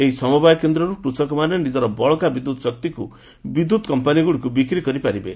ଏହି ସମବାୟ କେନ୍ଦ୍ରରୁ କୃଷକମାନେ ନିଜର ବଳକା ବିଦ୍ୟୁତ୍ ଶକ୍ତିକୁ ବିଦ୍ୟୁତ୍ କମ୍ପାନୀଗୁଡ଼ିକୁ ବିକ୍ରି କରିପାରିବେ